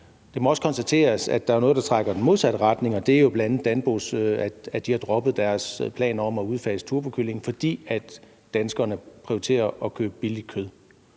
Det må også konstateres, at der er noget, der trækker i den modsatte retning, og det er jo bl.a., at Danpo har droppet deres planer om at udfase turbokyllingen, fordi danskerne prioriterer at købe billigt kød.